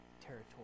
territory